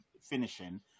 finishing